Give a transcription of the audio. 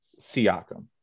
Siakam